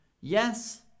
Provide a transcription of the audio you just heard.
Yes